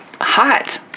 hot